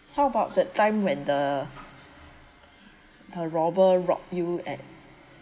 how about that time when the the robber rob you at